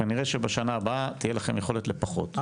כנראה שבשנה הבאה, תהיה לכם יכולת לפחות.